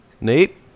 Nate